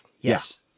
Yes